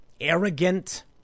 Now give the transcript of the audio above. arrogant